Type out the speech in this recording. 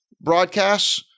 broadcasts